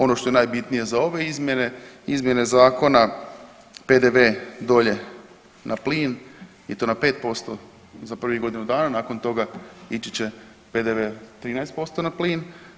Ono što je najbitnije za ove izmjene, izmjene zakona PDV dolje na plin i to na 5% za prvih godinu dana, nakon toga ići će PDV 13% na plin.